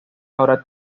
ahora